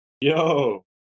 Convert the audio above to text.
Yo